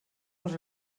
els